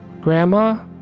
Grandma